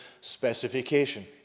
specification